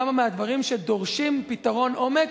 בכמה מהדברים שדורשים פתרון עומק,